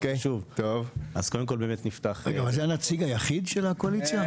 זה הנציג היחיד של הקואליציה?